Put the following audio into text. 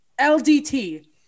LDT